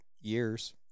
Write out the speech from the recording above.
years